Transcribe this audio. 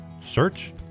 search